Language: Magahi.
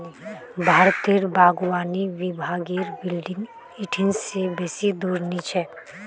भारतत बागवानी विभागेर बिल्डिंग इ ठिन से बेसी दूर नी छेक